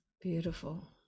Beautiful